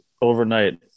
overnight